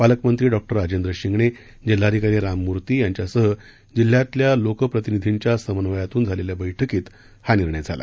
पालकमंत्री डॉ राजेंद्र शिंगणे जिल्हाधिकारी राममूर्ती यांच्यासह जिल्ह्यातल्या लोकप्रतिनिधींच्या समन्वयातून झालेल्या बैठकीत हा निर्णय झाला